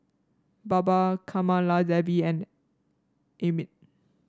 Baba Kamaladevi and Amit